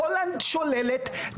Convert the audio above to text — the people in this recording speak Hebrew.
הולנד שוללת,